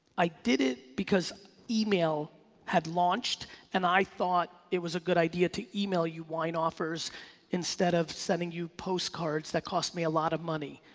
i did it because email had launched and i thought it was a good idea to email you wine offers instead of sending you postcards that cost me a lot of money,